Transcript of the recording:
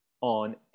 on